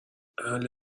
حله